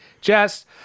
Jess